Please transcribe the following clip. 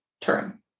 term